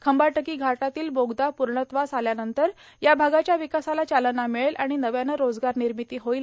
खंबाटकी घाटातील बोगदा पूर्णत्वास आल्यानंतर या भागाच्या विकासाला चालना मिळेल आणि नव्याने रोजगार निर्मिती होईल